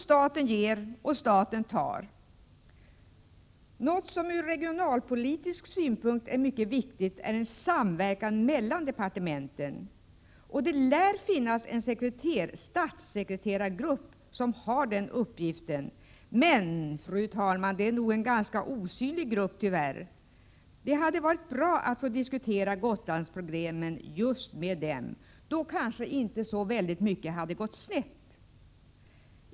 Staten ger och staten tar. Något som ur regionalpolitisk synpunkt är mycket viktigt är en samverkan mellan departementen. Det lär finnas en statssekreterargrupp som har den uppgiften, men det är tyvärr en ganska osynlig grupp. Det hade varit bra att få diskutera Gotlandsproblemen just med den. Då kanske inte så mycket hade gått snett.